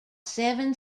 seven